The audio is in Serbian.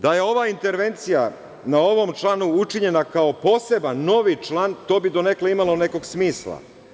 Da je oba intervencija na ovom članu učinjena kao poseban, novi član, to bi donekle imalo nekog smisla.